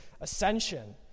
ascension